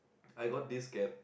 I got this cab